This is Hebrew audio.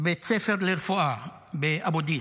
בבית הספר לרפואה באבו דיס,